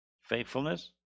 Faithfulness